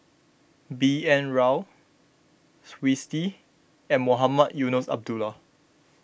B N Rao Twisstii and Mohamed Eunos Abdullah